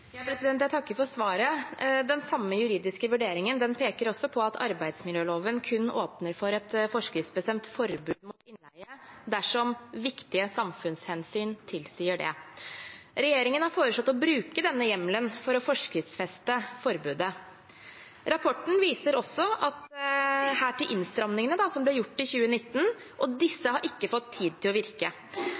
at arbeidsmiljøloven kun åpner for et forskriftsbestemt forbud mot innleie dersom viktige samfunnshensyn tilsier det. Regjeringen har foreslått å bruke denne hjemmelen for å forskriftsfeste forbudet. Rapporten viser også her til innstrammingene som ble gjort i 2019, og disse har ikke fått tid til å virke.